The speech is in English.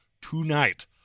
tonight